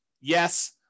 Yes